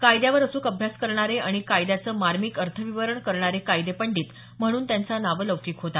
कायद्यावर अच्रक अभ्यास करणारे आणि कायद्याचं मार्मिक अर्थविवरण करणारे कायदे पंडित म्हणून त्यांचा नावलौकिक होता